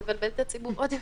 לבלבל את הציבור עוד יותר.